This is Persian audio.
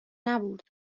نبرد